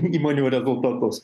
įmonių rezultatus